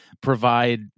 provide